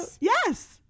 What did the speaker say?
Yes